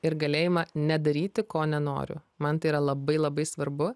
ir galėjimą nedaryti ko nenoriu man tai yra labai labai svarbu